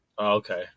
Okay